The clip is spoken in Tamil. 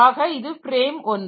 ஆக இது ஃப்ரேம் 1